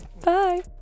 Bye